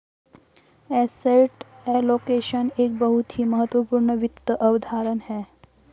asset allocation एक बहुत ही महत्वपूर्ण वित्त अवधारणा है